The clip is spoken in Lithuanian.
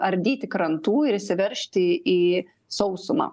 ardyti krantų ir įsiveržti į sausumą